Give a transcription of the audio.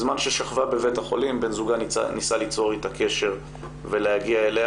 בזמן ששכבה בבית החולים בן זוגה ניסה ליצור איתה קשר ולהגיע אליה,